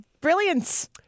brilliance